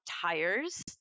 tires